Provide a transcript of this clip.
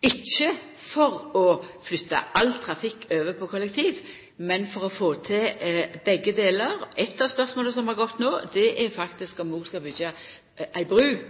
ikkje for å flytta all trafikk over på kollektiv, men for å få til begge delar. Eit av spørsmåla som har gått no, er faktisk om ein skal byggja ei bru